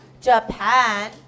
Japan